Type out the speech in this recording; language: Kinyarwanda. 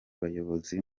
bayobozi